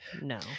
No